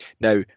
Now